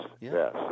yes